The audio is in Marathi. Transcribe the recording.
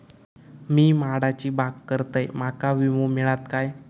मी माडाची बाग करतंय माका विमो मिळात काय?